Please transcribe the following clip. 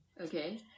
okay